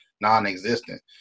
non-existent